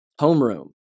Homeroom